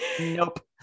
Nope